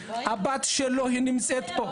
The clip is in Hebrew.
הבת שלו היא נמצאת פה.